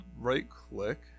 right-click